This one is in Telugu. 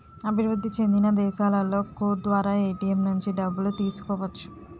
అభివృద్ధి చెందిన దేశాలలో కోడ్ ద్వారా ఏటీఎం నుంచి డబ్బులు తీసుకోవచ్చు